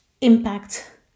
impact